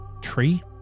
tree